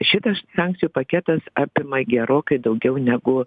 šitas sankcijų paketas apima gerokai daugiau negu